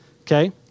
okay